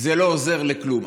זה לא עוזר לכלום.